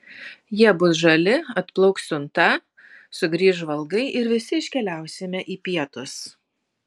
jie bus žali atplauks siunta sugrįš žvalgai ir visi iškeliausime į pietus